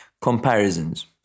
comparisons